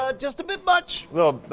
ah just a bit much. little,